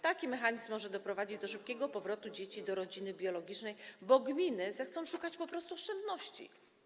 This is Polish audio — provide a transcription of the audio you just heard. Taki mechanizm może doprowadzić do szybkiego powrotu dzieci do rodziny biologicznej, bo gminy zechcą szukać po prostu oszczędności.